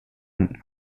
und